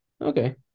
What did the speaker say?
okay